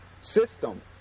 system